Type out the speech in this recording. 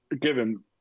given